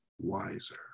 wiser